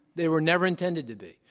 they were never intended to be.